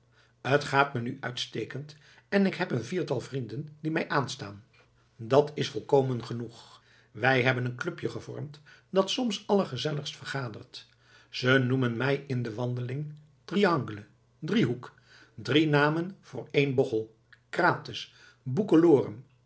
t gaat me nu uitstekend en ik heb een viertal vrienden die mij aanstaan dat is volkomen genoeg wij hebben een clubje gevormd dat soms allergezelligst vergadert ze noemen mij in de wandeling triangle driehoek drie namen voor één bochel krates